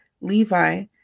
Levi